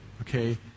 okay